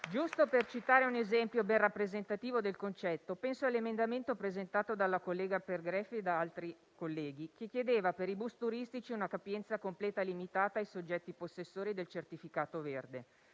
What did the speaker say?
Giusto per citare un esempio ben rappresentativo del concetto, penso all'emendamento presentato dalla collega Pergreffi e da altri colleghi, che chiedeva per i bus turistici una capienza completa limitata ai soggetti possessori del certificato verde,